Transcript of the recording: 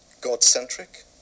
God-centric